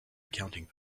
accounting